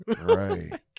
right